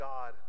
God